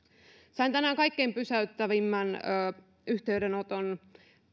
sain tänään kaikkein pysäyttävimmän yhteydenoton